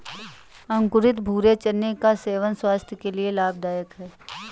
अंकुरित भूरे चने का सेवन स्वास्थय के लिए लाभदायक है